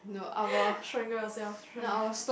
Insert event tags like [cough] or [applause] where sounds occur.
[noise] strangle yourself strangle